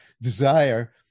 desire